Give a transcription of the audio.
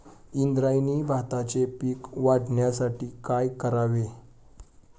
इंद्रायणी भाताचे पीक वाढण्यासाठी काय करावे?